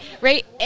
right